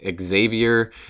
Xavier